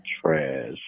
Trash